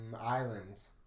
islands